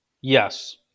Yes